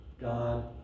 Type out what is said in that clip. God